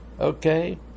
okay